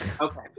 Okay